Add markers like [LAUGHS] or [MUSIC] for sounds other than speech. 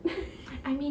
[LAUGHS] I mean